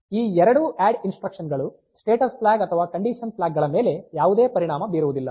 ಈ ಎರಡು add instruction ಗಳು ಸ್ಟೇಟಸ್ ಫ್ಲಾಗ್ ಅಥವಾ ಕಂಡೀಶನ್ ಫ್ಲಾಗ್ ಗಳ ಮೇಲೆ ಯಾವುದೇ ಪರಿಣಾಮ ಬೀರುವುದಿಲ್ಲ